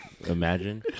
Imagine